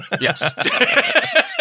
Yes